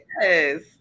yes